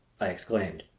i exclaimed.